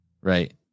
right